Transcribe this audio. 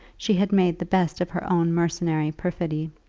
she had made the best of her own mercenary perfidy.